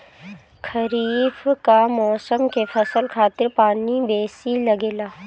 खरीफ कअ मौसम के फसल खातिर पानी बेसी लागेला